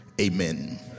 Amen